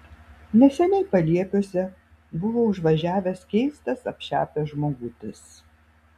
neseniai paliepiuose buvo užvažiavęs keistas apšepęs žmogutis